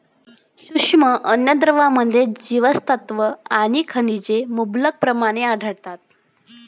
सूक्ष्म अन्नद्रव्यांमध्ये जीवनसत्त्वे आणि खनिजे मुबलक प्रमाणात आढळतात